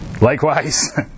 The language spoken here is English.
likewise